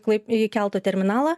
klaip į kelto terminalą